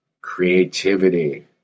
creativity